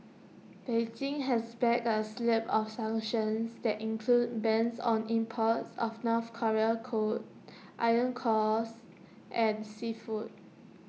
Beijing has backed A slew of sanctions that include bans on imports of north Korean coal iron cores and seafood